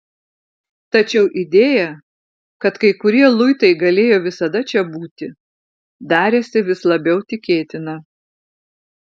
tačiau idėja kad kai kurie luitai galėjo visada čia būti darėsi vis labiau tikėtina